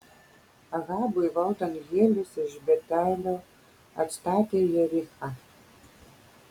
ahabui valdant hielis iš betelio atstatė jerichą